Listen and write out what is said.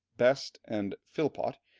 best, and philpot,